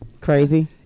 crazy